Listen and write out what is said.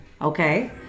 okay